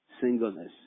singleness